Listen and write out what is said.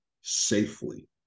safely